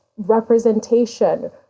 representation